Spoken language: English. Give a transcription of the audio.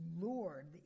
Lord